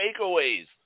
Takeaways